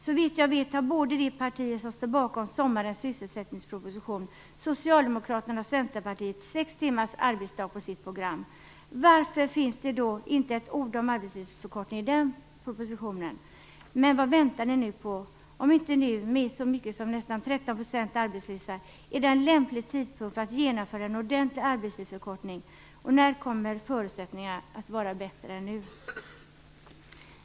Såvitt jag vet har båda de partier som står bakom sommarens sysselsättningsproposition, Socialdemokraterna och Centerpartiet, 6 timmars arbetsdag på sitt program. Varför finns det inte ett ord om arbetstidsförkortning i den propositionen? Vad väntar ni på? Med så mycket som nästan 13 % arbetslösa är det nu en lämplig tidpunkt att genomföra en ordentlig arbetstidsförkortning. När kommer förutsättningarna att vara bättre än nu?